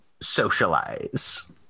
socialize